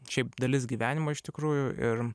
šiaip dalis gyvenimo iš tikrųjų ir